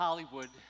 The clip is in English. Hollywood